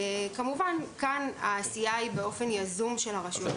כמובן שהעשייה כאן היא באופן יזום של הרשויות המקומיות.